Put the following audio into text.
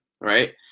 right